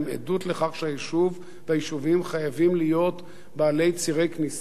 הן עדות לכך שהיישובים חייבים להיות בעלי צירי כניסה